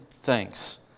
thanks